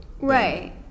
Right